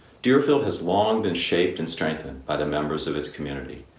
deerfield has long been shaped and strengthened by the members of his community.